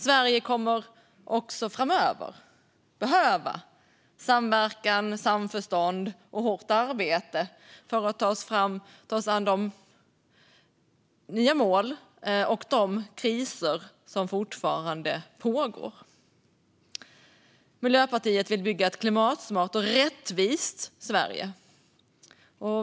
Sverige kommer också framöver att behöva samverkan, samförstånd och hårt arbete för att ta oss an de nya målen och de kriser som fortfarande pågår. Miljöpartiet vill bygga ett klimatsmart och rättvist Sverige.